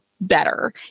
better